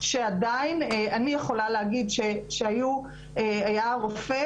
שעדיין אני יכולה להגיד שהיה רופא